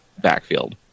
backfield